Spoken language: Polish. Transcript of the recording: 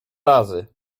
razy